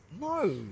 No